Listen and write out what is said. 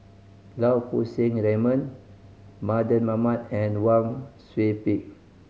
Lau Poo Seng Raymond Mardan Mamat and Wang Sui Pick